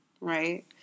right